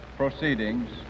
proceedings